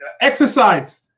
exercise